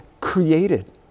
created